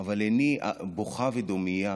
אבל עיני בוכה ודומעת